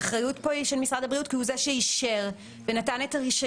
האחריות פה היא של משרד הבריאות כי הוא זה שאישר ונתן את הרישיון